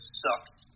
sucks